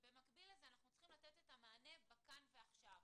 לקרוא במקביל לזה צריך לתת את המענה ב "כאן ועכשיו".